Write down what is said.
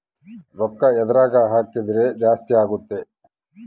ರೂಕ್ಕ ಎದ್ರಗನ ಹಾಕಿದ್ರ ಜಾಸ್ತಿ ಅಗುತ್ತ